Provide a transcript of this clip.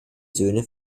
söhne